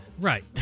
Right